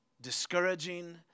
discouraging